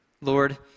Lord